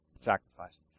sacrifices